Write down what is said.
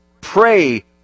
Pray